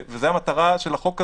וזאת המטרה של החוק הזה,